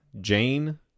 Jane